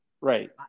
Right